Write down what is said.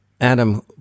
Adam